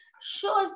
shows